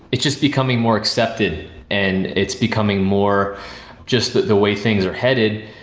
it's just becoming more accepted and it's becoming more just the way things are headed.